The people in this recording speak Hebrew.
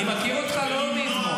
אני מכיר אותך לא מאתמול,